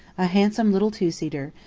a handsome little two-seater,